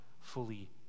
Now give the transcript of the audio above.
fully